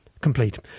complete